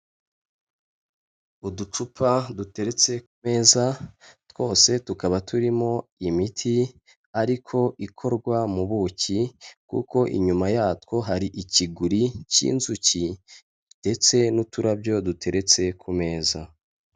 Uducupa duteretse ku meza, twose tukaba turimo imiti ariko ikorwa mu buki kuko inyuma yatwo hari ikiguri cy'inzuki ndetse n'uturabyo duteretse ku meza.